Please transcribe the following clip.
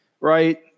right